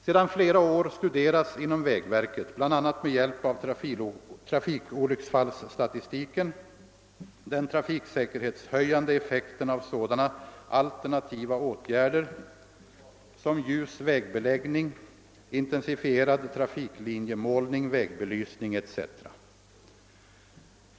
Sedan flera år studeras inom vägverket — bl.a. med hjälp av trafikolycksfallsstatistiken — den trafiksäkerhetshöjande effekten av sådana alternativa åtgärder som ljus vägbeläggning, inten sifierad trafiklinjemålning, vägbelysning etc.